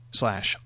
slash